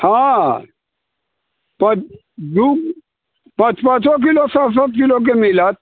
हँ दू पाँच पाँच किलो सब सब किलोके मिलत